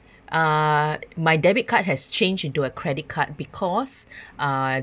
uh my debit card has changed into a credit card because uh